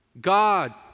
God